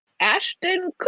ashton